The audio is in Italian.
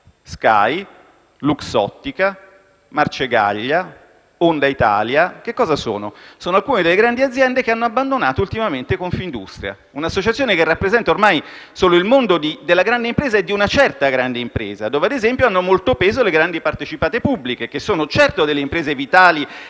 Sky, Luxottica, Marcegaglia, Honda Italia. Cosa sono? Sono alcune delle grandi aziende che ultimamente hanno abbandonato Confindustria, un'associazione che ormai rappresenta solo il mondo della grande impresa (e di una certa grande impresa) e al cui interno hanno molto peso le grandi partecipate pubbliche, che sono certamente delle imprese vitali